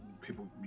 people